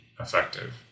effective